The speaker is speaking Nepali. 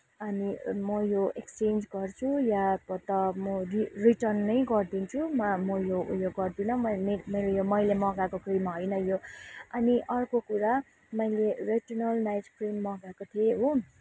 अनि म यो एक्सचेन्ज गर्छु या त म रि रिटर्न नै गरिदिन्छु म यो ऊ यो गर्दिनँ म मेक मैले मँगाएको क्रिम होइन यो अनि अर्को कुरा मैले रेटिनल नाइट क्रिम मगाएको थिएँ हो